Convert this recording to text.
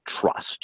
trust